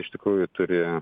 iš tikrųjų turi